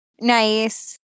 nice